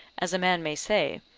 as a man may say,